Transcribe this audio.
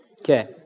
Okay